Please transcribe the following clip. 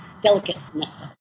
delicateness